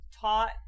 taught